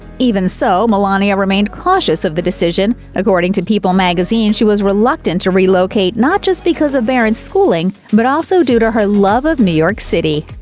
even so, melania remained cautious of the decision. according to people magazine, she was reluctant to relocate not just because of barron's schooling, but also due to her love of new york city.